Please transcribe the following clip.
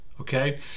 Okay